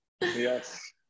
Yes